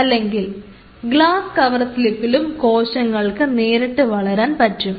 അല്ലെങ്കിൽ glass cover സ്ലിപ്പിലും കോശങ്ങൾക്ക് നേരിട്ട് വളരാൻ പറ്റും